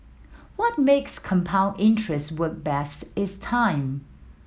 what makes compound interest work best is time